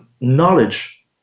knowledge